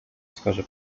wskaże